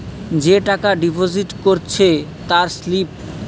যে টাকা ডিপোজিট করেছে তার স্লিপ